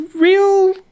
real